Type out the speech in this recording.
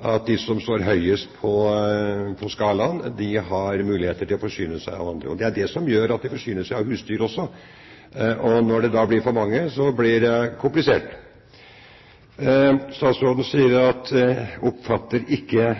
at de som står høyest på skalaen, har muligheter for å forsyne seg av andre. Det er det som gjør at de forsyner seg av husdyr også. Når det da blir for mange, blir det komplisert. Statsråden sier at han oppfatter ikke